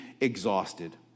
exhausted